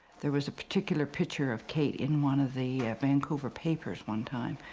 there was a particular picture of kate in one of the vancouver papers one time,